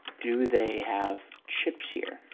do they have chips here?